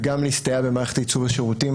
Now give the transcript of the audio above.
וגם להסתייע במערכת עיצוב השירותים